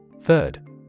Third